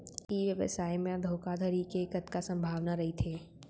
ई व्यवसाय म धोका धड़ी के कतका संभावना रहिथे?